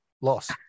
loss